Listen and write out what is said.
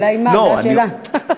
זאת השאלה.